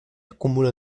acúmulo